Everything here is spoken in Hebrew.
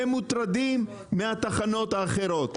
הם מוטרדים מהתחנות האחרות.